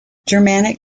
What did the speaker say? germanic